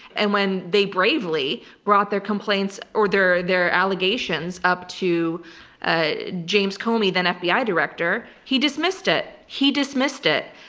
and when they bravely brought their complaints or their their allegations up to ah james comey, then fbi director, he dismissed it. he dismissed it.